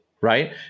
right